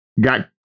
got